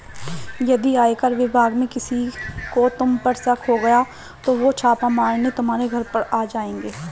यदि आयकर विभाग में किसी को तुम पर शक हो गया तो वो छापा मारने तुम्हारे घर आ जाएंगे